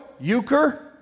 Euchre